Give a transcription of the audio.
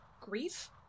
Grief